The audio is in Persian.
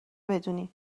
بدونی